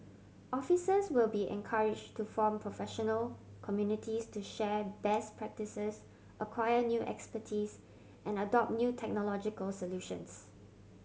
officers will be encouraged to form professional communities to share best practices acquire new expertise and adopt new technological solutions